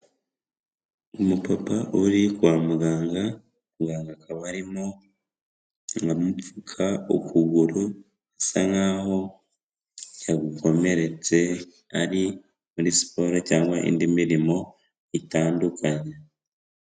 Umupapa uri kwa muganga, muganga akaba arimo aramupfuka ukuguru, bisa nk'aho yagukomeretse ari muri siporo cyangwa indi mirimo itandukanye.